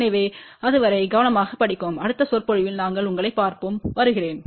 எனவே அதுவரை கடினமாகப் படிக்கவும் அடுத்த சொற்பொழிவில் நாங்கள் உங்களைப் பார்ப்போம்வருகிறேன்